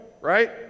right